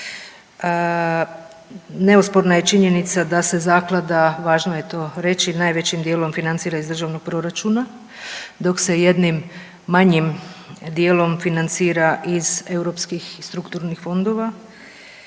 Neosporna je činjenica da se zaklada, važno je to reći, najvećim dijelom financira iz državnog proračuna dok se jednim manjim dijelom financira iz europskih strukturnih fondova